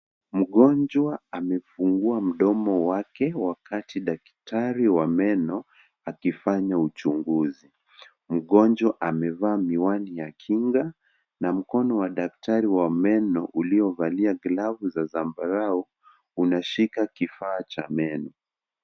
Mgonjwa amefungua mdomo wake wakati daktari wa meno akifanya uchunguzi. Mgonjwa amevaa miwani ya kinga na mkono wa daktari wa meno uliovalia glovu ya zambarau unashika kifaa cha meno.